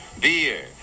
beer